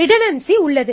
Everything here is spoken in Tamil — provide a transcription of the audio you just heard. ரிடன்டன்சி உள்ளது